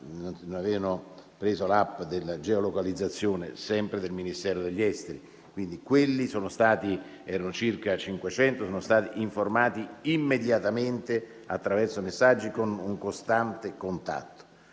non avevano l'*app* di geolocalizzazione sempre del Ministero degli esteri. Quelli che l'avevano erano circa 500 e sono stati informati immediatamente attraverso messaggi con un costante contatto.